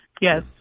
yes